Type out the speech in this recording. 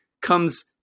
comes